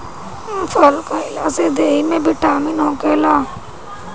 फल खइला से देहि में बिटामिन होखेला